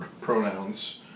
pronouns